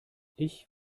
ich